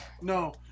No